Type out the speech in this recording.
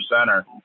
center